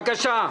בבקשה.